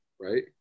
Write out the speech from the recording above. Right